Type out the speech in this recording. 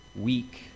weak